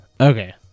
Okay